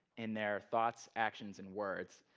in their thoughts, actions, and words.